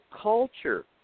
culture